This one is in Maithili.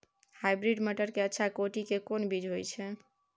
हाइब्रिड मटर के अच्छा कोटि के कोन बीज होय छै?